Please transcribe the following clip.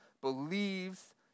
believes